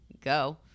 go